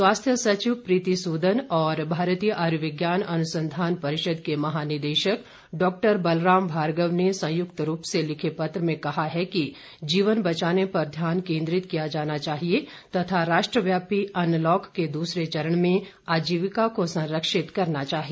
स्वास्थ्य सचिव प्रीति सूदन और भारतीय आयुर्विज्ञान अनुसंधान परिषद के महानिदेशक डॉक्टर बलराम भार्गव ने संयुक्त रूप से लिखे पत्र में कहा है कि जीवन बचाने पर ध्यान केन्द्रित किया जाना चाहिए तथा राष्ट्रव्यापी अनलॉक के दूसरे चरण में आजीविका को संरक्षित करना चाहिए